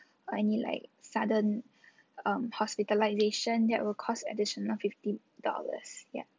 or only like sudden um hospitalization that will cost additional fifty dollars yup